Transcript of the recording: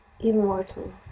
immortal